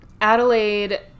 Adelaide